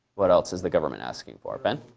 what else is the government asking for? ben?